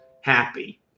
happy